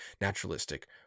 naturalistic